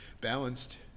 balanced